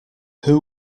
who